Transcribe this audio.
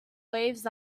waves